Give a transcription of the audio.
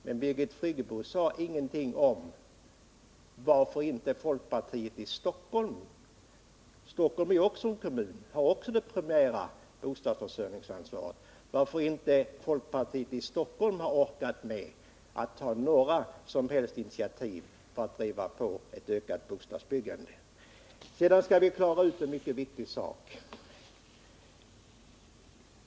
Men Birgit Friggebo sade ingenting om varför folkpartiet i Stockholm — Stockholm är också en kommun och har det primära bostadsförsörjningsansvaret —-inte har orkat ta några som helst initiativ för att driva på ett ökat bostadsbyggande. Sedan skall vi klara ut en mycket viktig sak.